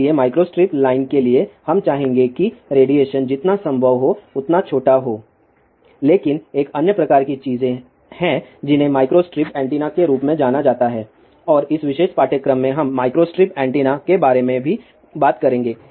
इसलिए microstrip line के लिए हम चाहेंगे कि रेडिएशन जितना संभव हो उतना छोटा हो लेकिन एक अन्य प्रकार की चीजें हैं जिन्हें माइक्रोस्ट्रिप एंटेना के रूप में जाना जाता है और इस विशेष पाठ्यक्रम में हम माइक्रोस्ट्रिप एंटेना के बारे में भी बात करेंगे